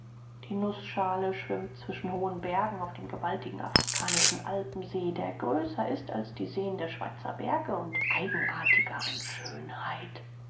die nußschale schwimmt zwischen hohen bergen auf dem gewaltigen afrikanischen alpensee der größer ist als die seen der schweizer berge und eigenartiger an schönheit